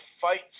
fight